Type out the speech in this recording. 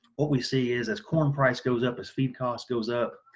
what we see is as corn price goes, up as feed cost goes up,